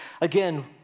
Again